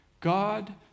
God